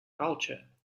culture